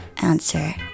answer